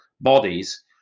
bodies